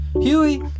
Huey